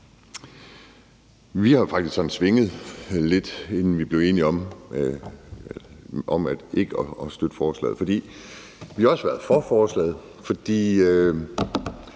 Vi har faktisk svinget lidt, inden vi blev enige om ikke at støtte forslaget, for vi har også været for forslaget. Der